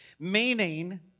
Meaning